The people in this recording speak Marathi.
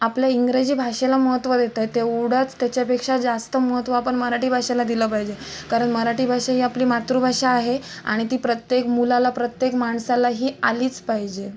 आपल्या इंग्रजी भाषेला महत्त्व देताय तेवढंच त्याच्यापेक्षा जास्त महत्त्व आपण मराठी भाषेला दिलं पाहिजे कारण मराठी भाषा ही आपली मातृभाषा आहे आणि ती प्रत्येक मुलाला प्रत्येक माणसाला ही आलीच पाहिजे